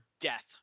death